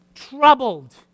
troubled